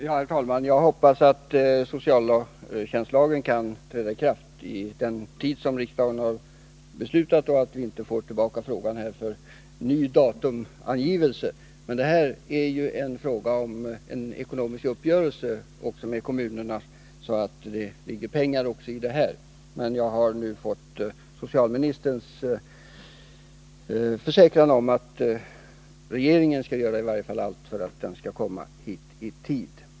Herr talman! Jag hoppas att socialtjänstlagen kan träda i kraft vid den tidpunkt som riksdagen har beslutat och att vi inte får tillbaka frågan för ny datumangivelse. Det är här fråga om en ekonomisk uppgörelse med kommunerna, och det är alltså en fråga om pengar. Men jag har nu fått socialministerns försäkran om att regeringen skall göra allt för att den skall komma i tid.